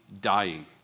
dying